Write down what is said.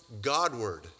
Godward